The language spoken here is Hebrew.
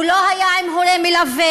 הוא לא היה עם הורה מלווה,